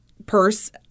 purse